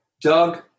Doug